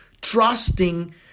Trusting